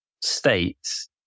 states